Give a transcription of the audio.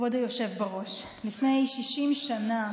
כבוד היושב בראש, לפני 60 שנה